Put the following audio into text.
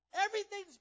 Everything's